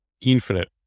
infinite